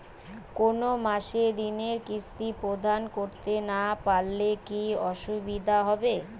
কোনো মাসে ঋণের কিস্তি প্রদান করতে না পারলে কি অসুবিধা হবে?